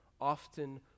often